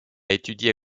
étudié